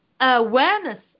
awareness